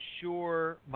sure